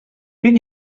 been